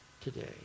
today